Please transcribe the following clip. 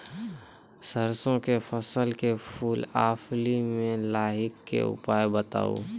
सरसों के फसल के फूल आ फली मे लाहीक के उपाय बताऊ?